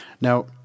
Now